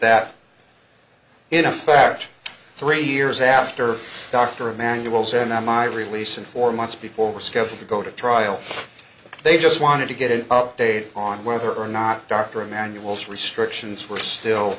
that in fact three years after dr emmanuel's and i my release and four months before were scheduled to go to trial they just wanted to get an update on whether or not dr emanuel's restrictions were still